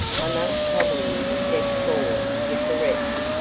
i must trouble you to step forward with the rest.